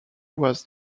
was